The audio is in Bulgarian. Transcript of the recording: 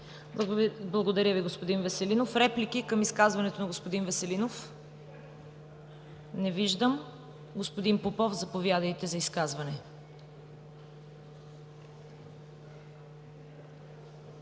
Благодаря Ви, господин Веселинов. Реплики към изказването на господин Веселинов? Не виждам. Господин Попов, заповядайте за изказване.